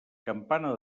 campana